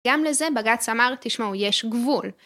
גם לזה בגצ אמר תשמעו יש גבול.